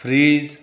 freeze